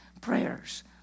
prayers